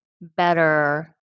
better